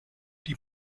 die